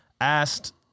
asked